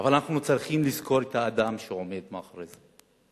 אבל אנחנו צריכים לזכור את האדם שעומד מאחורי זה.